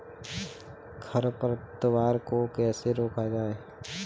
खरपतवार को कैसे रोका जाए?